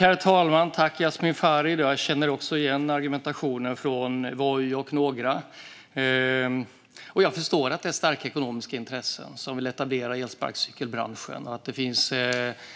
Herr talman! Jasmin Farid! Jag känner igen argumentationen från Voi och några andra. Jag förstår att det finns starka ekonomiska intressen bakom viljan att etablera elsparkcykelbranschen. Det finns